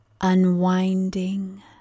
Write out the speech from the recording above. Unwinding